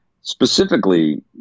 specifically